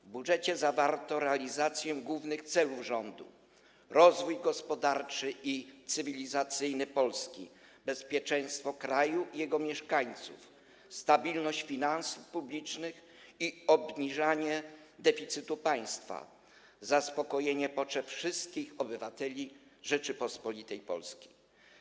W budżecie zawarto realizację głównych celów rządu: rozwój gospodarczy i cywilizacyjny Polski, bezpieczeństwo kraju i jego mieszkańców, stabilność finansów publicznych i obniżane deficytu państwa, zaspokojenie potrzeb wszystkich obywateli Rzeczypospolitej Polskiej.